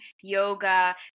yoga